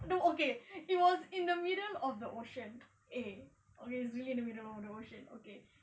no okay it was in the middle of the ocean A okay B in the middle of the ocean okay